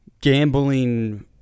gambling